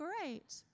great